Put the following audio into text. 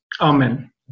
Amen